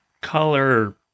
color